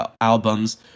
albums